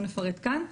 לא נפרט כאן.